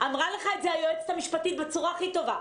אמרה לך את זה היועצת המשפטית בצורה הכי טובה: